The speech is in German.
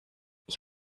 ich